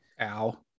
Ow